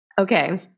Okay